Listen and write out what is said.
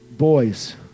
boys